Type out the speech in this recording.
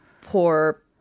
poor